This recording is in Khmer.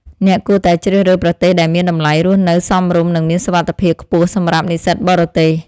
អ្នកគួរតែជ្រើសរើសប្រទេសដែលមានតម្លៃរស់នៅសមរម្យនិងមានសុវត្ថិភាពខ្ពស់សម្រាប់និស្សិតបរទេស។